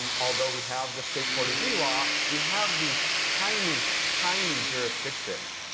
um although we have the state forty b law, we have these tiny, tiny jurisdictions.